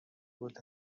بود